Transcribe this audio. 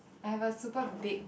I have a super big